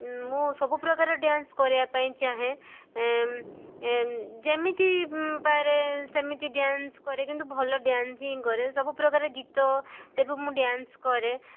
ମୁଁ ସବୁ ପ୍ରକାର ଡ୍ୟାନ୍ସ କରିବା ପାଇଁ ଚାହେଁ ଯେମିତି ପାରେ ସେମିତି ଡ୍ୟାନ୍ସ କରେ କିନ୍ତୁ ଭଲ ଡ୍ୟାନ୍ସ ହିଁ କରେ ସବୁ ପ୍ରକାର ଗୀତ ରେ ବି ମୁଁ ଡ୍ୟାନ୍ସ କରେ